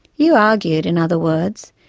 you argued, in other words,